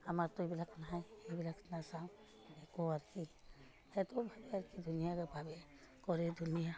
আমাৰতো এইবিলাক নাই সেইবিলাক নাচাওঁ একো আৰু কি সেইটো ভাবে আৰু ধুনীয়াকৈ ভাবে কৰে ধুনীয়া